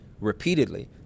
Repeatedly